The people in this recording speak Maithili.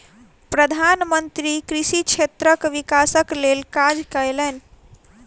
प्रधान मंत्री कृषि क्षेत्रक विकासक लेल काज कयलैन